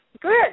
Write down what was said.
good